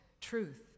truth